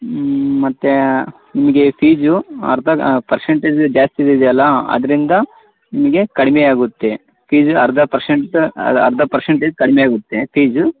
ಹ್ಞ ಮತ್ತೆ ನಿಮಗೆ ಫೀಜು ಅರ್ಧ ಪರ್ಸೆಂಟೇಜ್ ಜಾಸ್ತಿ ಇದೆ ಅಲ್ಲ ಅದರಿಂದ ನಿಮಗೆ ಕಡಿಮೆ ಆಗುತ್ತೆ ಫೀಜು ಅರ್ಧ ಪರ್ಸೆಂಟ್ ಅರ್ಧ ಪರ್ಸೆಂಟೇಜ್ ಕಡಿಮೆ ಆಗುತ್ತೆ ಫೀಜು